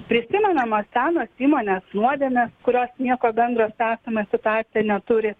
prisimenamos senos įmonės nuodėmės kurios nieko bendro su esama situacija neturi